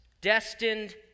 destined